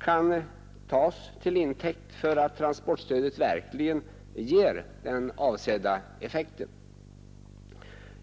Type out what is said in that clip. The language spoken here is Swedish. kan tas till intäkt för att transportstödet verkligen ger den avsedda effekten.